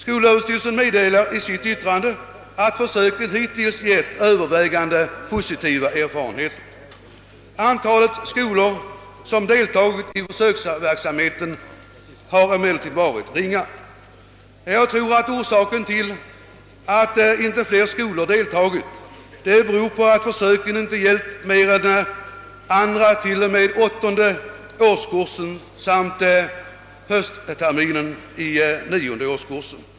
Skolöverstyrelsen meddelar i sitt ytirande att försöken hittills gett övervägande positiva erfarenheter. Antalet skolor som deltagit i försöksverksamheten har emellertid varit ringa. Jag tror att orsaken till att inte fler skolor deltagit är att försöken inte gällt mer än andra t.o.m. åttonde årskursen samt höstterminen i nionde årskursen.